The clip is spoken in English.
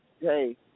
hey